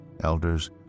Elders